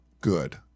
good